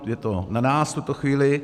Je to na nás v tuto chvíli.